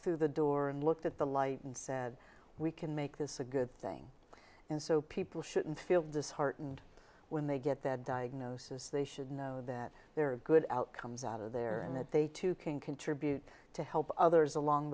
through the door and looked at the light and said we can make this a good thing and so people shouldn't feel disheartened when they get that diagnosis they should know that there are good outcomes out of there and that they too can contribute to help others along